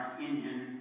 engine